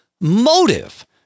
motive